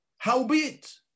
Howbeit